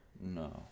No